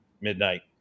midnight